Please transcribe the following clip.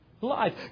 life